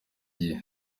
gihe